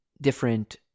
different